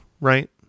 right